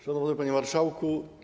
Szanowny Panie Marszałku!